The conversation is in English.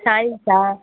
science